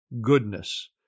goodness